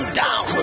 down